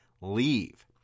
leave